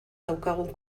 daukagun